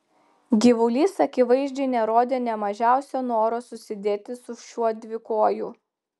gyvulys akivaizdžiai nerodė nė mažiausio noro susidėti su šiuo dvikoju